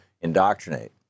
indoctrinate